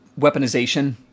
weaponization